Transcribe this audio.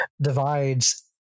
divides